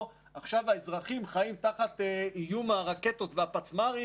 עכשיו האזרחים חיים תחת איום הרקטות והפצמ"רים,